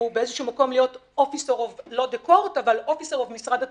הוא באיזשהו מקום להיות --- במשרד התחבורה.